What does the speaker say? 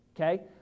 Okay